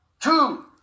two